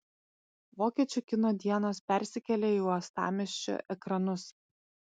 vokiečių kino dienos persikelia į uostamiesčio ekranus